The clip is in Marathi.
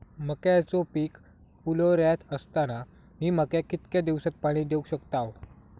मक्याचो पीक फुलोऱ्यात असताना मी मक्याक कितक्या दिवसात पाणी देऊक शकताव?